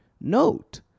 Note